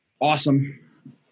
Awesome